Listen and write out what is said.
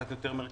קצת יותר מרכז,